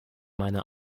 meine